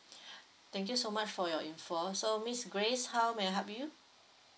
thank you so much for your info so miss grace how may I help you